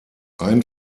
ein